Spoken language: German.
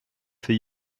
für